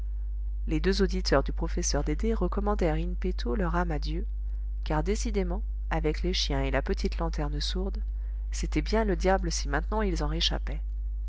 les deux auditeurs du professeur dédé recommandèrent in petto leur âme à dieu car décidément avec les chiens et la petite lanterne sourde c'était bien le diable si maintenant ils en réchappaient